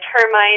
termites